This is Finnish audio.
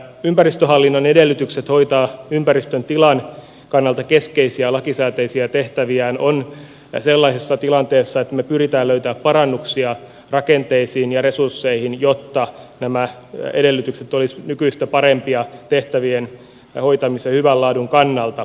ympäristöhallinnon edellytykset hoitaa ympäristön tilan kannalta keskeisiä lakisääteisiä tehtäviään ovat sellaisessa tilanteessa että me pyrimme löytämään parannuksia rakenteisiin ja resursseihin jotta nämä edellytykset olisivat nykyistä parempia tehtävien hoitamisen hyvän laadun kannalta